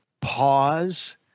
pause